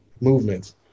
movements